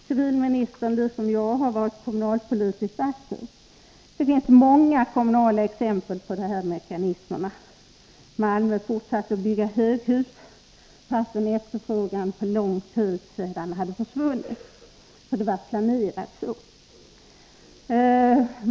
Civilministern liksom jag har varit kommunalpolitiskt aktiv. Det finns många kommunala exempel på de här mekanismerna. Malmö fortsatte att bygga höghus — trots att efterfrågan för länge sedan hade försvunnit — därför att det var planerat.